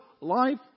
life